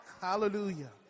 hallelujah